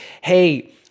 hey